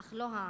אך לא העמים,